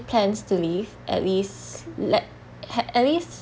plans to leave at least let he~ at least